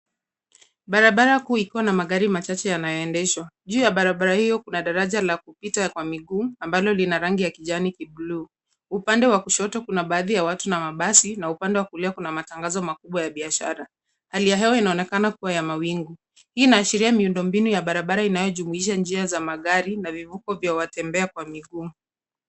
Barabara kuu ikiwa na magari machache yanayoendeshwa, juu ya barabara hiyo kuna daraja la kupita kwa miguu, ambalo lina rangi ya kijani, kiblue . Upande wa kushoto kuna baadhi ya watu na mabasi, na upande wa kulia kuna matangazo makubwa ya biashara. Hali ya hewa inaonekana kuwa ya mawingu, hii inaashiria miundo mbinu ya barabara inayojumuisha njia za magari, na vivuko vya watemba kwa miguu.